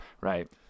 Right